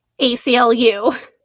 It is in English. ACLU